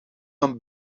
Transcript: een